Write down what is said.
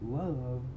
love